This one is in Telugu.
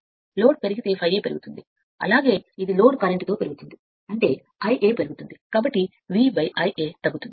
లోడ్ పెరిగితే ∅a పెరుగుతుంది అలాగే లోడ్ కరెంట్తో పెరుగుతుంది అంటే Ia పెరుగుతుంది కాబట్టి V Ia తగ్గుతుంది